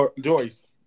Joyce